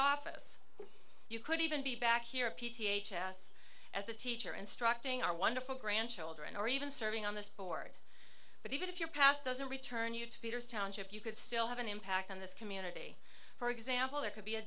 office you could even be back here p t a h s as a teacher instructing our wonderful grandchildren or even serving on this board but even if your past doesn't return you to peter's township you could still have an impact on this community for example there could be a